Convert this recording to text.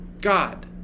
God